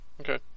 Okay